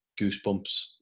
goosebumps